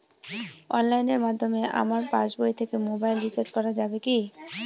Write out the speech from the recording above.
অনলাইনের মাধ্যমে আমার পাসবই থেকে মোবাইল রিচার্জ করা যাবে কি?